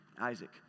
Isaac